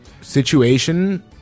situation